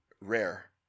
Rare